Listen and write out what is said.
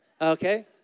okay